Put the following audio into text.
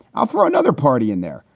i'll throw another party in there.